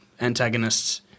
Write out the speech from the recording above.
antagonists